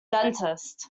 dentist